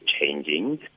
changing